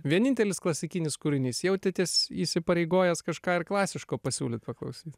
vienintelis klasikinis kūrinys jautėtės įsipareigojęs kažką ir klasiško pasiūlyt paklausyt